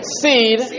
seed